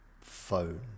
phone